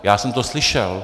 Já jsem to slyšel.